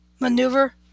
Maneuver